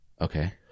Okay